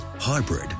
hybrid